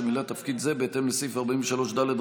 שמילא תפקיד זה בהתאם לסעיף 43ד(ד)